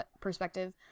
perspective